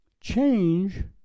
Change